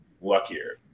luckier